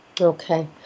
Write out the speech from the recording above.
Okay